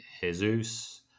Jesus